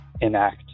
enact